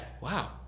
Wow